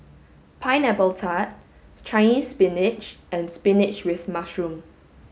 pineapple tart Chinese spinach and spinach with mushroom